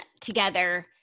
together